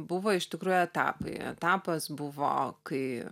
buvo iš tikrųjų etapai etapas buvo kai